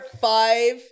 five